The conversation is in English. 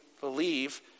believe